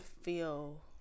feel